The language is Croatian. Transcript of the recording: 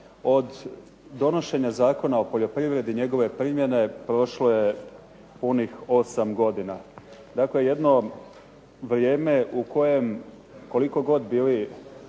od donošenja Zakona o poljoprivrede, njegove primjene prošlo je punih osam godina. Dakle, jedno vrijeme u kojem koliko god bili